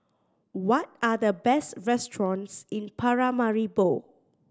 what are the best restaurants in Paramaribo